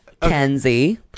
Kenzie